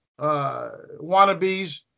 wannabes